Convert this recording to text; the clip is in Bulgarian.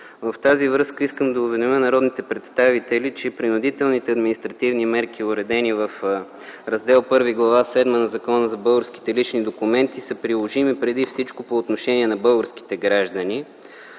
В тази връзка искам да уведомя народните представители, че принудителните административни мерки, уредени в Раздел І, Глава седма от Закона за българските лични документи са приложими преди всичко по отношение на българските граждани.